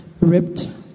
ripped